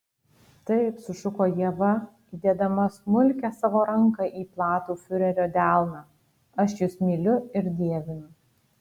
taip sušuko ieva įdėdama smulkią savo ranką į platų fiurerio delną aš jus myliu ir dievinu